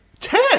Ten